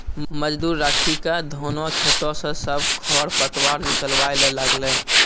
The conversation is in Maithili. मजदूर राखी क धानों खेतों स सब खर पतवार निकलवाय ल लागलै